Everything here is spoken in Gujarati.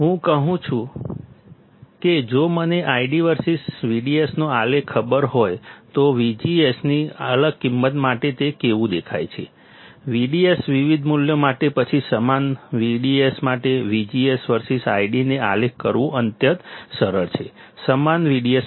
હું કહું છું કે જો મને ID વર્સીસ VDS નો આલેખ ખબર હોય તો VGS ની અલગ કિંમત માટે તે કેવું દેખાય છે VDS વિવિધ મૂલ્યો માટે પછી સમાન VDS માટે VGS વર્સીસ ID ને આલેખ કરવું અત્યંત સરળ છે સમાન VDS માટે